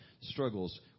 struggles